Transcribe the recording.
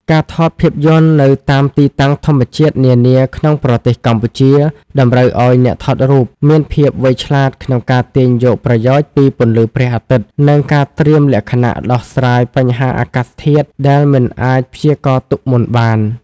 ការថតភាពយន្តនៅតាមទីតាំងធម្មជាតិនានាក្នុងប្រទេសកម្ពុជា តម្រូវឱ្យអ្នកថតរូបមានភាពវៃឆ្លាតក្នុងការទាញយកប្រយោជន៍ពីពន្លឺព្រះអាទិត្យ និងការត្រៀមលក្ខណៈដោះស្រាយបញ្ហាអាកាសធាតុដែលមិនអាចព្យាករណ៍ទុកមុនបាន។